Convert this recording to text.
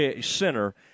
center